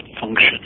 function